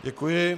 Děkuji.